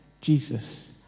Jesus